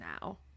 now